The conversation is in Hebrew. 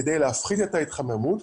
כדי להפחית את ההתחממות,